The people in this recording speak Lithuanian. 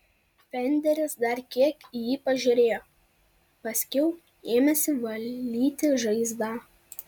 fenderis dar kiek į jį pažiūrėjo paskiau ėmėsi valyti žaizdą